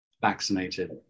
vaccinated